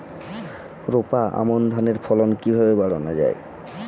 রোপা আমন ধানের ফলন কিভাবে বাড়ানো যায়?